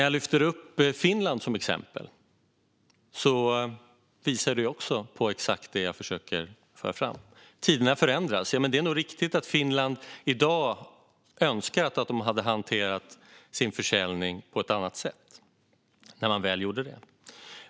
Jag lyfte upp Finland som exempel, vilket också visar på exakt det jag försöker föra fram - att tiderna förändras. Det är nog riktigt att Finland i dag önskar att man hade hanterat sin försäljning på ett annat sätt än man gjorde.